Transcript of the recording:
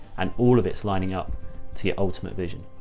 and all of it's lining up to your ultimate vision.